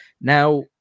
Now